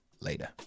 later